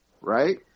right